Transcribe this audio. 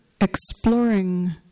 exploring